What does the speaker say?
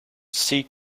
sea